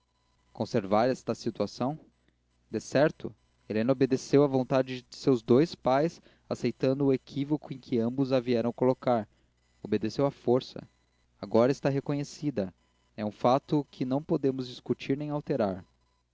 conservar esta situação decerto helena obedeceu à vontade de seus dois pais aceitando o equívoco em que ambos a vieram colocar obedeceu à força agora está reconhecida é um fato que não podemos discutir nem alterar